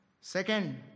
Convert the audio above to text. Second